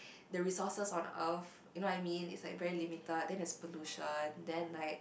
the resources on Earth you know what I mean it's like very limited then there's pollution then like